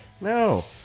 No